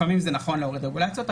לפעמים זה נכון להוריד רגולציות,